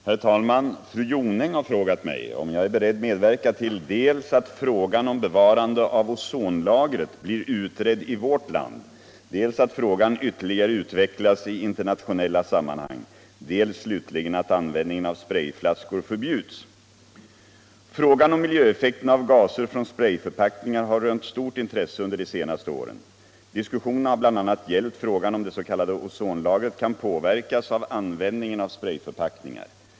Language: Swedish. Herr talman! Fru Jonäng har frågat mig om jag är beredd medverka till dels att frågan om bevarande av ozonlagret blir utredd i vårt land, dels att frågan ytterligare utvecklas i internationella sammanhang, dels slutligen att användningen av sprayflaskor förbjuds. Frågan om miljöeffekterna av gaser från sprayförpackningar har rönt stort intresse under de senaste åren. Diskussionerna har bl.a. gällt frågan om det s.k. ozonlagret kan påverkas av användningen av sprayförpackningar.